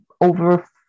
over